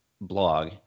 blog